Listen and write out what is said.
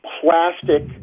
plastic